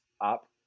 up